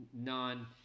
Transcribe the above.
non